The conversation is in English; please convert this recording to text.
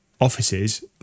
offices